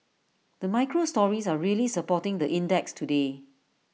the micro stories are really supporting the index today